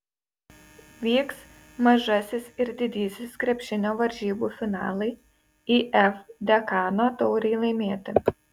vyks mažasis ir didysis krepšinio varžybų finalai if dekano taurei laimėti